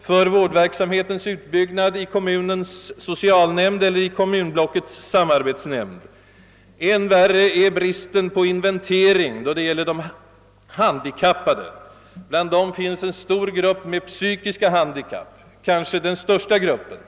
för vårdverksamhetens utbyggnad i kommunens socialnämnd eller i kommunblockets samarbetsnämnd. Och än värre är bristen på inventering då det gäller de handikappade. Bland dem finns en stor grupp med psykiska handikapp. Den är kanske den största gruppen.